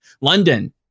London